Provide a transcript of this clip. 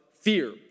fear